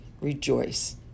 rejoice